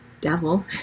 devil